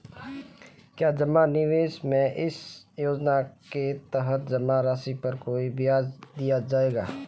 क्या जमा निवेश में इस योजना के तहत जमा राशि पर कोई ब्याज दिया जाएगा?